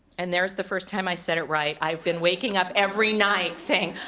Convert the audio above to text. and there's the first time i said it right, i've been waking up every night saying,